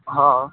हा